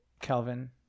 kelvin